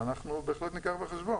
ואנחנו בהחלט ניקח בחשבון.